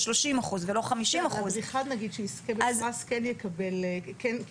30% ולא 50%. אחד שיזכה בפרס כן ימוסה.